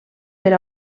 per